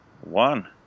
One